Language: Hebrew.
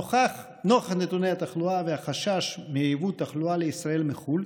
נוכח נתוני התחלואה והחשש מייבוא תחלואה לישראל מחו"ל,